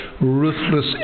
ruthless